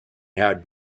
had